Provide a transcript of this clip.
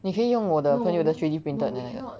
你可以用我的朋友的 three D printed 的那个